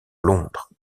londres